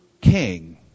king